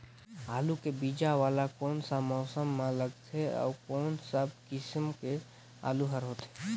आलू के बीजा वाला कोन सा मौसम म लगथे अउ कोन सा किसम के आलू हर होथे?